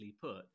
put